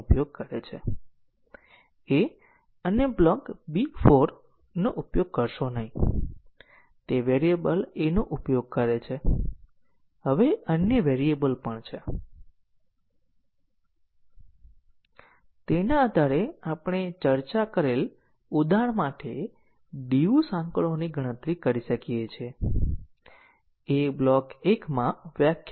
programme દ્વારા જુઓ કે ત્યાં કેટલી શાખા અભિવ્યક્તિઓ છે કેટલા જો તે પ્રકારના સ્ટેટમેન્ટો હોય તો વત્તા એક કે જે સાયક્લોમેટિક મેટ્રિક પણ હશે પરંતુ એક વસ્તુ જે આપણે યાદ રાખવાની જરૂર છે તે છે સાયક્લોમેટિક મેટ્રિક જાણવી